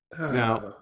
Now